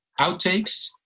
outtakes